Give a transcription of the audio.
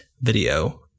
video